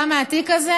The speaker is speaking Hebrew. מהתיק הזה.